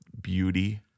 beauty